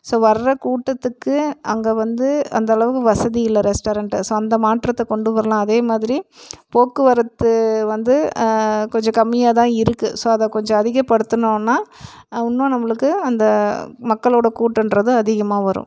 so வர்ற கூட்டத்துக்கு அங்கே வந்து அந்தளவுக்கு வசதியில்லை ரெஸ்டாரண்ட்டு ஸோ அந்த மாற்றத்தை கொண்டு வரலாம் அதே மாதிரி போக்குவரத்து வந்து கொஞ்சம் கம்மியாக தான் இருக்கு ஸோ அதை கொஞ்சம் அதிகப்படுத்துனோன்னா இன்னும் நம்மளுக்கு அந்த மக்களோட கூட்டன்றது அதிகமாக வரும்